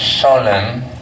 solemn